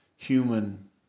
human